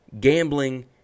gambling